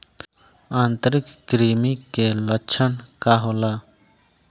आंतरिक कृमि के लक्षण का होला?